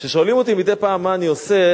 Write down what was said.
כששואלים אותי מדי פעם מה אני עושה,